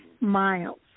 miles